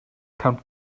count